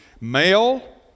Male